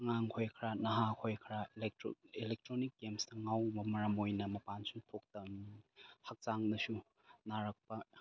ꯑꯉꯥꯡꯈꯣꯏ ꯈꯔ ꯅꯍꯥꯈꯣꯏ ꯈꯔ ꯑꯦꯂꯦꯛꯇ꯭ꯔꯣꯅꯤꯛ ꯒꯦꯝꯁꯇ ꯉꯥꯎꯕ ꯃꯔꯝ ꯑꯣꯏꯅ ꯃꯄꯥꯟꯁꯨ ꯊꯣꯛꯇ ꯍꯛꯆꯥꯡꯗꯁꯨ ꯅꯥꯔꯛꯄ